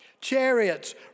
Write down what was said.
Chariots